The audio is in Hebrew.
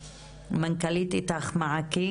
את זכות הדיבור למנכ"לית עמותת "איתך-מעכי"